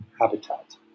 habitat